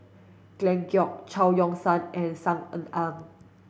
Glen Goei Chao Yoke San and Saw Ean Ang